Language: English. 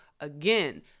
Again